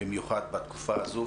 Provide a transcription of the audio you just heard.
במיוחד בתקופה הזאת.